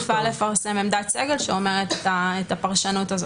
אנחנו נפעל לפרסם עמדת סגל שאומרת את הפרשנות הזו.